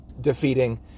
defeating